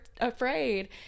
afraid